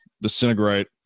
disintegrate